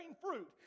fruit